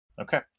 Okay